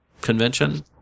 convention